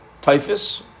typhus